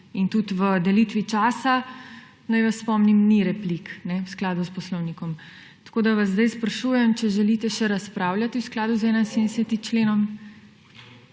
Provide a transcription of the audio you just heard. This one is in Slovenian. In tudi v delitvi časa, naj vas spomnim, ni replik v skladu s poslovnikom. Sedaj vas sprašujem, če želite še razpravljati v skladu z 71. členom?